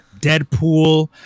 Deadpool